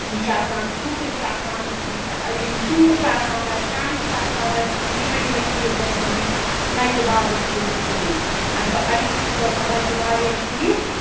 یہِ چھِ آسان فرٛیوٗٹٕس چھِ آسان یِم ژوٗنٛٹھۍ چھِ آسان آز ٹنٛگ چھِ آسان اَسہِ یِمَے یِمَے چیٖز گَژھن دِنۍ نہ کہِ بازٕرۍ چیٖز گَژھن دِنۍ اَمہِ اَمہِ سۭتۍ چھِ روزان بَچہِ واریاہ ٹھیٖک